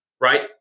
right